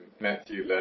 Matthew